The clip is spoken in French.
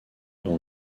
dont